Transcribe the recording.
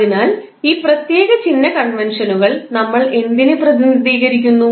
അതിനാൽ ഈ പ്രത്യേക ചിഹ്ന കൺവെൻഷനുകൾ നമ്മൾ എന്തിനെ പ്രതിനിധീകരിക്കുന്നു